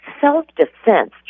self-defense